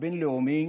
הבין-לאומי